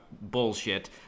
bullshit